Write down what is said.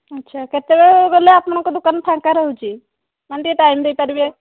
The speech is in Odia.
ଆଛା କେତେବେଳେ ଗଲେ ଆପଣଙ୍କ ଦୋକାନ ଫାଙ୍କା ରହୁଛି ମାନେ ଟିକିଏ ଟାଇମ୍ ଦେଇପାରିବେ